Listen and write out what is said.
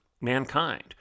mankind